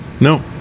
No